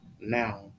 now